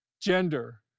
gender